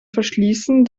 verschließen